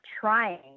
trying